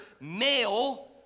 male